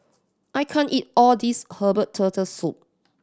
I can't eat all this herbal Turtle Soup